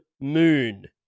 Moon